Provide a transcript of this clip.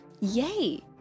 Yay